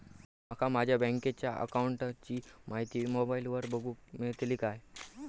माका माझ्या बँकेच्या अकाऊंटची माहिती मोबाईलार बगुक मेळतली काय?